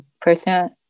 person